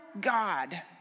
God